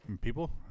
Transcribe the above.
people